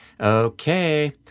Okay